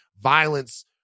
violence